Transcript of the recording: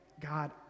God